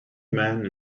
man